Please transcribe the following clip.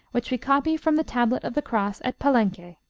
which we copy from the tablet of the cross at palenque.